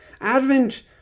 Advent